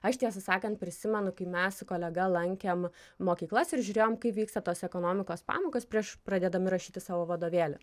aš tiesą sakant prisimenu kai mes su kolega lankėm mokyklas ir žiūrėjom kaip vyksta tos ekonomikos pamokos prieš pradedami rašyti savo vadovėlį